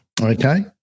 Okay